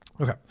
Okay